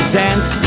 dance